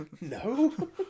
No